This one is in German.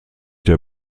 der